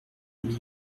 mille